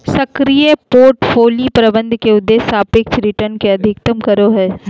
सक्रिय पोर्टफोलि प्रबंधन में उद्देश्य सापेक्ष रिटर्न के अधिकतम करो हइ